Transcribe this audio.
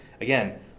Again